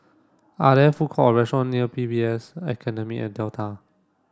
are there food court or restaurant near P S B Academy at Delta